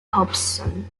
hobson